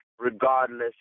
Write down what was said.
regardless